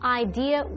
idea